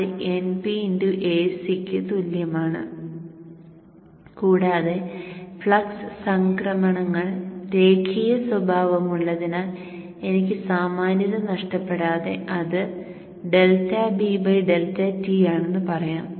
അത് Np Ac ക്ക് തുല്യമാണ് കൂടാതെ ഫ്ലക്സ് സംക്രമണങ്ങൾ രേഖീയ സ്വഭാവമുള്ളതിനാൽ എനിക്ക് സാമാന്യത നഷ്ടപ്പെടാതെ അത് ∆B∆T ആണെന്ന് പറയാം